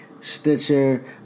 Stitcher